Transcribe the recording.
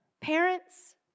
Parents